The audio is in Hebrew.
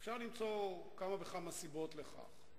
אפשר למצוא כמה וכמה סיבות לכך,